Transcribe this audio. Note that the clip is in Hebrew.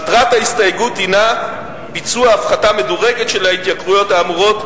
מטרת ההסתייגות היא הפחתה מדורגת של ההתייקרויות האמורות,